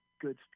good